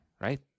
right